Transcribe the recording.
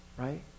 Right